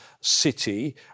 City